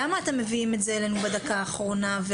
למה אתם מביאים אלינו בדקה האחרונה?